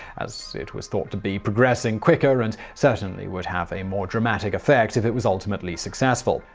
as it was thought to be progressing quicker and certainly would have a more dramatic effect if it was ultimately successful.